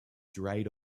dried